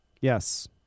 Yes